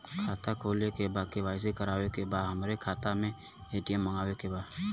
खाता खोले के बा के.वाइ.सी करावे के बा हमरे खाता के ए.टी.एम मगावे के बा?